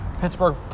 Pittsburgh